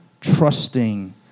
Trusting